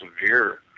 severe